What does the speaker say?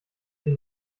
sie